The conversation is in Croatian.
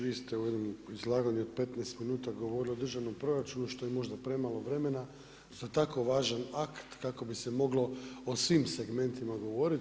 Vi ste u jednom izlaganju od 15 minuta govorili o državnom proračunu što je možda premalo vremena za tako važan akt kako bi se moglo o svim segmentima govoriti.